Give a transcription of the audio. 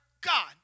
God